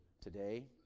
today